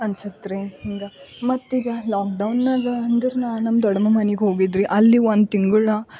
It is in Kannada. ಅನಿಸ್ತು ರೀ ಹಿಂಗ ಮತ್ತೆ ಈಗ ಲಾಕ್ಡೌನಾಗ ಅಂದ್ರೆ ನಾ ನಮ್ಮ ದೊಡ್ಡಮ್ಮ ಮನೆಗೆ ಹೋಗಿದ್ದೆ ರಿ ಅಲ್ಲಿ ಒಂದು ತಿಂಗಳು ನಾ